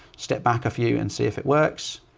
step back a few and see if it works,